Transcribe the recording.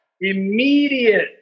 immediate